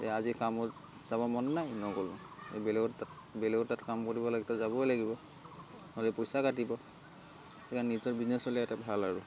এই আজি কামত যাব মন নাই নগলোঁ এই বেলেগ তাত বেলেগৰ তাত কাম কৰিব লাগিলে যাবই লাগিব নগ'লে পইচা কাটিব সেইকাৰণে নিজৰ বিজনেছ হ'লে এটা ভাল আৰু